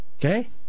Okay